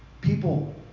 People